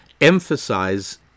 emphasize